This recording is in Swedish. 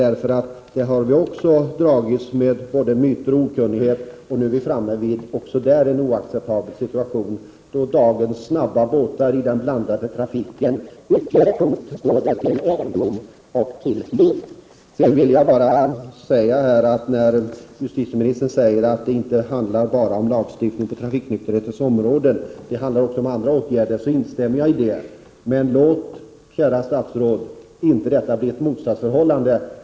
På det området har vi dragits med både myter och okunnighet, och nu är vi också där framme vid en oacceptabel situation, då dagens snabba båtar i den blandade trafiken utgör ett hot för både egendom och liv. Jag vill sedan tillägga: Justitieministern säger att det inte bara handlar om lagstiftning på trafiknykterhetens område utan också om andra åtgärder. Jag instämmer i det. Men låt det inte bli fråga om ett motsatsförhållande.